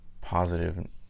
positive